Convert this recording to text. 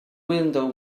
window